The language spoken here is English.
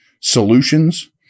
solutions